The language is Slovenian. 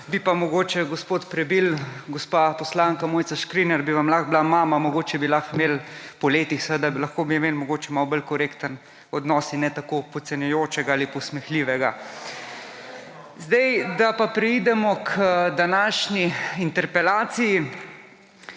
Bi pa mogoče, gospod Prebil, gospa poslanka Mojca Škrinjar vam lahko bila mama, mogoče bi lahko imeli, po letih seveda, malo bolj korekten odnos in ne tako podcenjujočega ali posmehljivega. Da pa preidemo k današnji interpelaciji.